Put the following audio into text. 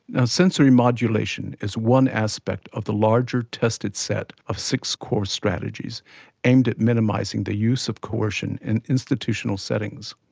ah sensory modulation is one aspect of the larger tested set of six core strategies aimed at minimising the use of coercion in institutional settings.